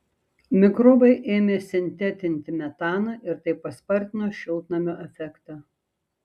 mikrobai ėmė sintetinti metaną ir tai paspartino šiltnamio efektą